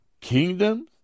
kingdom